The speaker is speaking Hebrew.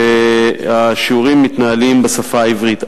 והשיעורים מתנהלים בשפה העברית.